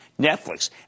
Netflix